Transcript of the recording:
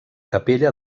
capella